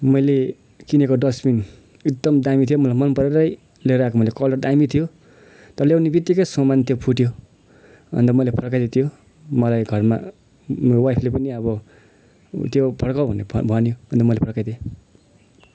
मैले किनेको डस्बिन एकदम दाम्मी त्यो मलाई मनपरेरै लिएर आएको मैले कलर दाम्मी थियो तर ल्याउनेबित्तिकै सामान त्यो फुट्यो अन्त मैले फर्काइदिएँ त्यो मलाई घरमा वाइफले पनि अब त्यो फर्काऊ भन्यो अन्त मैले फर्काइदिएँ